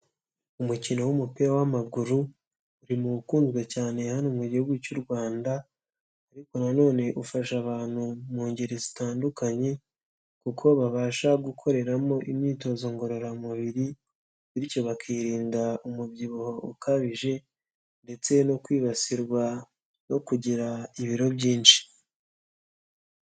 Umukino w'umupira w'amaguru uri mu wukundwa cyane hano mu gihugu cy'u Rwanda ariko nanone ufasha abantu mu ngeri zitandukanye kuko babasha gukoreramo imyitozo ngororamubiri bityo bakirinda umubyibuho ukabije ndetse no kwibasirwa no kugira ibiro byinshi.